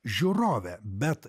žiūrovė bet